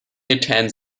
attends